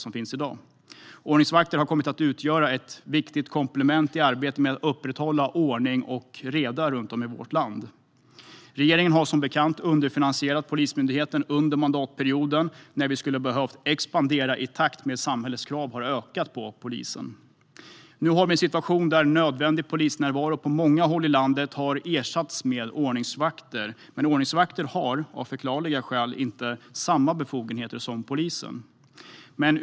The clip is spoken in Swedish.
Ordningsvakter har kommit att utgöra ett viktigt komplement i arbetet med att upprätthålla ordning och reda runt om i vårt land. Regeringen har som bekant underfinansierat Polismyndigheten under mandatperioden, när vi i stället skulle ha behövt expandera i takt med att samhällets krav på polisen har ökat. Nu har vi en situation där nödvändig polisnärvaro på många håll i landet har ersatts med ordningsvakter, men ordningsvakterna har, av förklarliga skäl, inte samma befogenheter som polisen.